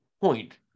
point